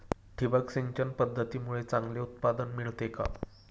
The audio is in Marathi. ठिबक सिंचन पद्धतीमुळे चांगले उत्पादन मिळते का?